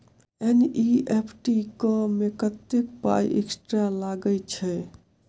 NEFT करऽ मे कत्तेक पाई एक्स्ट्रा लागई छई?